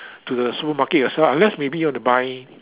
to the supermarket yourself unless maybe you want to buy